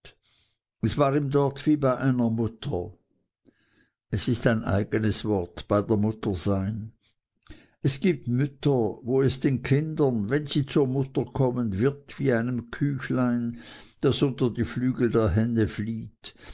es war ihm dort wie bei einer mutter es ist ein eigenes wort bei der mutter sein es gibt mütter wo es den kindern wenn sie zur mutter kommen wird wie einem küchlein das unter die flügel der henne flieht